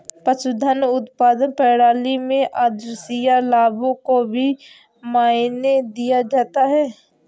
पशुधन उत्पादन प्रणाली में आद्रशिया लाभों को भी मायने दिया जाता है